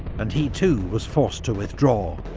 and he too was forced to withdraw.